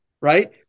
Right